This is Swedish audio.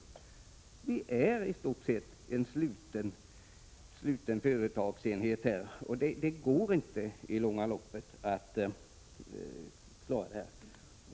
Vi är i stort sett en sluten företagsenhet. Det går inte att klara detta i långa loppet.